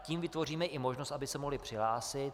Tím vytvoříme i možnost, aby se mohli přihlásit.